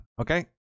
Okay